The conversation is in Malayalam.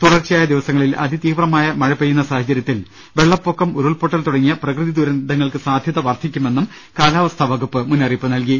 തുടർച്ചയായ ദിവസങ്ങളിൽ അതി തീവ്ര മായ മഴ പെയ്യുന്ന സാഹചര്യത്തിൽ വെള്ളപ്പൊക്കം ഉരുൾപൊട്ടൽ തുട ങ്ങിയ പ്രകൃതി ദുരന്തങ്ങൾക്ക് സാധൃത വർധിക്കുമെന്നും കാലാവസ്ഥാ വകുപ്പ് മുന്നറിയിപ്പ് നൽകി